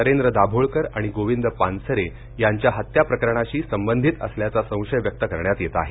नरेंद्र दाभोळकर आणि गोविंद पानसरे यांच्या हत्या प्रकरणाशी संबंधीत असल्याचा संशय व्यक्त करण्यात येत आहे